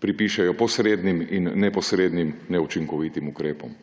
pripišejo posrednim in neposrednim neučinkovitim ukrepom.